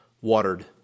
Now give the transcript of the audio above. watered